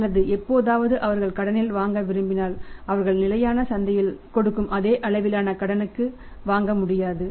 அல்லது எப்போதாவது அவர்கள் கடனில் வாங்க விரும்பினால் அவர்கள் நிலையான சந்தையில் கொடுக்கும் அதே அளவிலான கடனுக்கு வாங்க முடியாது